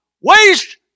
waste